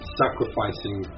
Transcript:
sacrificing